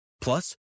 Plus